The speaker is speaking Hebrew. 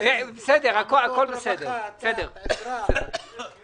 בשל הוראות סעיף 6ב לחוק הביטוח הלאומי,